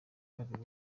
kabiri